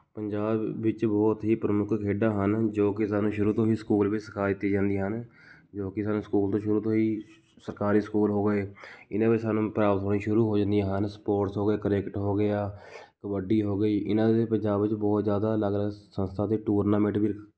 ਪੰਜਾਬ ਵਿੱਚ ਬਹੁਤ ਹੀ ਪ੍ਰਮੁੱਖ ਖੇਡਾਂ ਹਨ ਜੋ ਕੀ ਸਾਨੂੰ ਸ਼ੁਰੂ ਤੋਂ ਹੀ ਸਕੂਲ ਵਿੱਚ ਸਿਖਾ ਦਿੱਤੀ ਜਾਂਦੀਆਂ ਹਨ ਜੋ ਕੀ ਸਾਨੂੰ ਸਕੂਲ ਤੋਂ ਸ਼ੁਰੂ ਤੋਂ ਹੀ ਸਰਕਾਰੀ ਸਕੂਲ ਹੋ ਗਏ ਇਹਨਾਂ ਵਿੱਚ ਸਾਨੂੰ ਪ੍ਰਾਪਤ ਹੋਣੀ ਸ਼ੁਰੂ ਹੋ ਜਾਂਦੀਆਂ ਹਨ ਸਪੋਰਟਸ ਹੋ ਗਏ ਕ੍ਰਿਕਟ ਹੋ ਗਿਆ ਕਬੱਡੀ ਹੋ ਗਈ ਇਹਨਾਂ ਦੇ ਪੰਜਾਬ ਵਿੱਚ ਬਹੁਤ ਜ਼ਿਆਦਾ ਅਲੱਗ ਅਲੱਗ ਸੰਸਥਾ ਅਤੇ ਟੂਰਨਾਮੈਂਟ ਵੀ